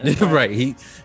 Right